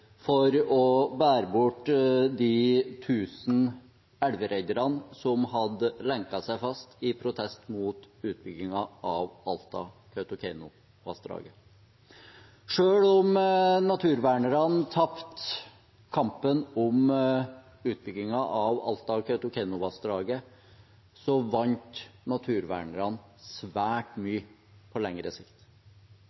for å bære bort de tusen elveredderne som hadde lenket seg fast i protest mot utbyggingen av Alta-Kautokeinovassdraget. Selv om naturvernerne tapte kampen om utbyggingen av Alta-Kautokeinovassdraget, vant naturvernerne svært